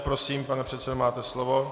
Prosím, pane předsedo, máte slovo.